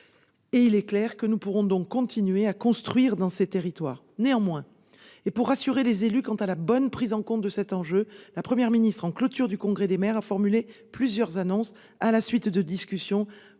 et il est clair que nous pourrons donc continuer à construire dans ces territoires. Néanmoins, et pour rassurer les élus quant à la bonne prise en compte de cet enjeu, la Première ministre, en clôture du Congrès des maires, a formulé plusieurs annonces dans le prolongement de discussions